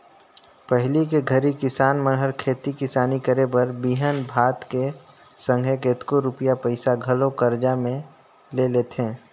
पहिली के घरी किसान मन हर खेती किसानी करे बर बीहन भात के संघे केतनो रूपिया पइसा घलो करजा में ले लेथें